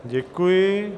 Děkuji.